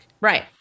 Right